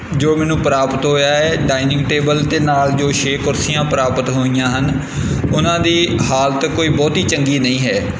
ਜੋ ਮੈਨੂੰ ਪ੍ਰਾਪਤ ਹੋਇਆ ਹੈ ਡਾਇਨਿੰਗ ਟੇਬਲ ਅਤੇ ਨਾਲ ਜੋ ਛੇ ਕੁਰਸੀਆਂ ਪ੍ਰਾਪਤ ਹੋਈਆਂ ਹਨ ਉਹਨਾਂ ਦੀ ਹਾਲਤ ਕੋਈ ਬਹੁਤੀ ਚੰਗੀ ਨਹੀਂ ਹੈ